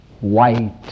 white